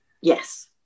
yes